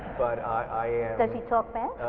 but i am. does he talk back?